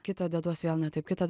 kitą deduos vėl ne taip kitą